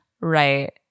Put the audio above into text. Right